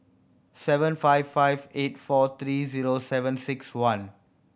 seven five five eight four three zero seven six one